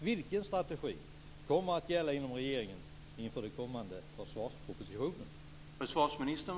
Vilken strategi kommer att gälla inom regeringen inför den kommande försvarspropositionen?